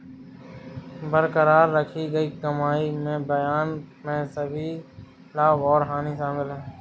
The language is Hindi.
बरकरार रखी गई कमाई में बयान में सभी लाभ और हानि शामिल हैं